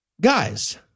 Guys